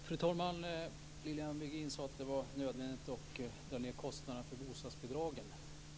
Fru talman! Lilian Virgin sade att det var nödvändigt att dra ned kostnaderna för bostadsbidragen.